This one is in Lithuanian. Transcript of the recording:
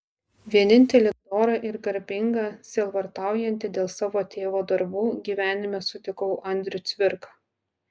vienintelį dorą ir garbingą sielvartaujantį dėl savo tėvo darbų gyvenime sutikau andrių cvirką